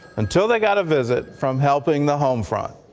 until they got a visit from helping the home front.